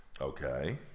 Okay